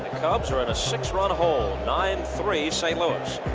cubs are in a six run hole, nine three, st. louis.